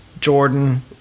Jordan